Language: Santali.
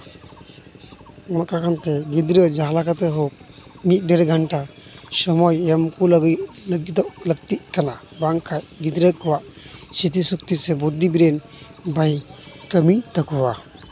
ᱚᱱᱟ ᱠᱟᱨᱚᱱᱛᱮ ᱜᱤᱫᱽᱨᱟᱹ ᱡᱟᱦᱟᱸ ᱞᱮᱠᱟ ᱛᱮ ᱦᱳᱠ ᱢᱤᱫ ᱫᱮᱹᱲ ᱜᱷᱚᱱᱴᱟ ᱥᱚᱢᱚᱭ ᱮᱢ ᱠᱚ ᱞᱟᱹᱜᱤᱫ ᱞᱟᱹᱜᱤᱫᱚᱜ ᱞᱟᱹᱠᱛᱤᱜ ᱠᱟᱱᱟ ᱵᱟᱝᱠᱷᱟᱱ ᱜᱤᱫᱽᱨᱟᱹ ᱠᱚᱣᱟᱜ ᱥᱨᱤᱛᱤᱥᱚᱠᱛᱤ ᱥᱮ ᱵᱩᱫᱽᱫᱷᱤ ᱵᱨᱮᱹᱱ ᱵᱟᱭ ᱠᱟᱹᱢᱤ ᱛᱟᱠᱚᱣᱟ